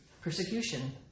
Persecution